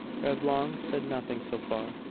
reblong said nothing so far,